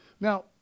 Now